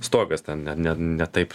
stogas ten ne ne taip